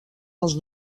els